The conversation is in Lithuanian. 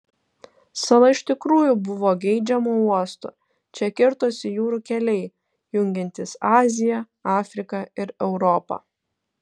sala iš tikrųjų buvo geidžiamu uostu čia kirtosi jūrų keliai jungiantys aziją afriką ir europą